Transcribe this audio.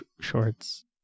shorts